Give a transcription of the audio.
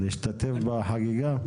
להשתתף בחגיגה.